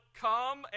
come